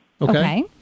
Okay